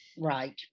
Right